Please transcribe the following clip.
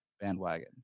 bandwagon